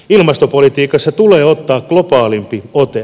ilmastopolitiikassa tulee ottaa globaalimpi ote